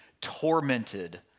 tormented